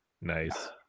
Nice